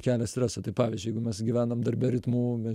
kelia stresą tai pavyzdžiui jeigu mes gyvenam darbe ritmu mes